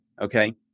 okay